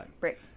Right